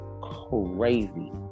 crazy